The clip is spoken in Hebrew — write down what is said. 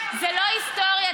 זה לא היסטוריה,